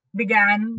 began